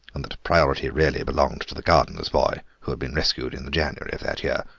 and that priority really belonged to the gardener's boy, who had been rescued in the january of that year.